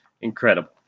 incredible